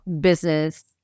business